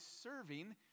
serving